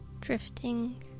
drifting